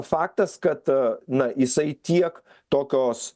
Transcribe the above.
faktas kad na jisai tiek tokios